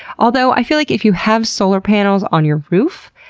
although, i feel like if you have solar panels on your roof,